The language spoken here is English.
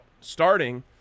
starting